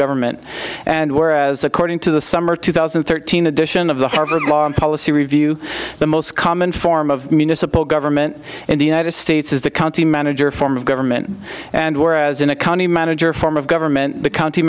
government and where as according to the summer two thousand and thirteen edition of the harvard law and policy review the most common form of municipal government in the united states is the county manager form of government and whereas in a county manager form of government the county